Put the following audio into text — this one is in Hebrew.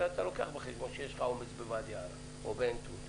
אתה לוקח בחשבון שיש לך עומס בוואדי ערה או בעין תות.